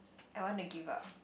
I want to give up